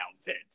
outfits